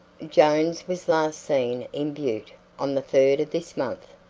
jones was last seen in butte on the third of this month,